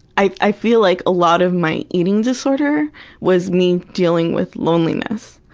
i feel like a lot of my eating disorder was me dealing with loneliness.